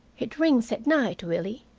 it rings at night, willie,